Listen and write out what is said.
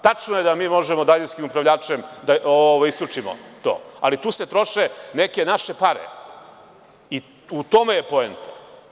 Tačno je da mi možemo daljinskim upravljačem da isključimo to, ali tu se troše neke naše pare i u tome je poenta.